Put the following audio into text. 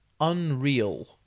unreal